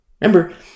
remember